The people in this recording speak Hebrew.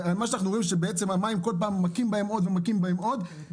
כל פעם מכים בהם עוד ומכים בהם עוד.